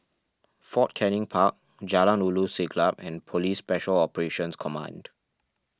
Fort Canning Park Jalan Ulu Siglap and Police Special Operations Command